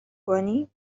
کنی